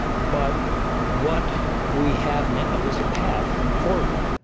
but what we have now is a path forward.